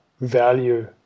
value